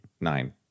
nine